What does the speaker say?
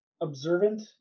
observant